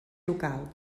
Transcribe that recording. local